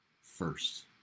first